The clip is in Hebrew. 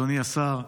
אדוני השר,